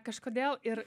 kažkodėl ir